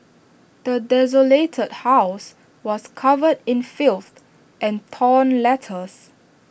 the desolated house was covered in filth and torn letters